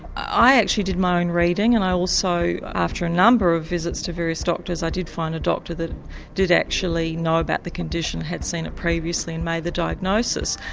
i actually did my own reading and i also, after a number of visits to various doctors i did find a doctor that did actually know about the condition, had seen it previously and made the diagnosis.